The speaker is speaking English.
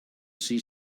see